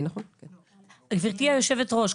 גברתי היושבת-ראש,